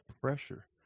pressure